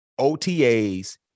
OTAs